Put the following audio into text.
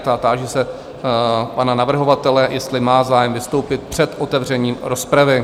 Táži se pana navrhovatele, jestli má zájem vystoupit před otevřením rozpravy?